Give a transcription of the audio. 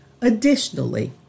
Additionally